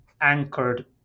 anchored